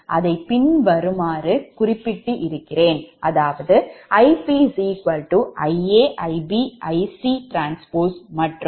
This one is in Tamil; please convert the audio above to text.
அதை பின்வருமாறு குறிப்பிட்டு இருக்கிறேன் Ip Ia Ib Ic T மற்றும் Zp Za Zb Zc T